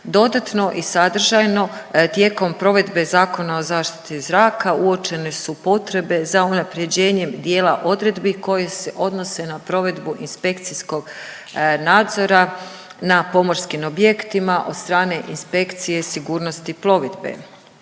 Dodatno i sadržajno tijekom provedbe Zakona o zaštiti zraka uočene su potrebe za unaprjeđenjem dijela odredbi koje se odnose na provedbu inspekcijskog nadzora na pomorskim objektima od strane inspekcije sigurnosti plovidbe.